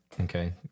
Okay